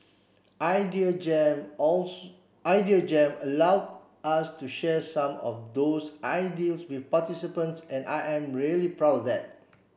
Idea Jam Idea Jam allowed us to share some of those ideals with participants and I am really proud of that